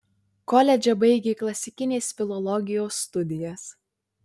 koledže baigė klasikinės filologijos studijas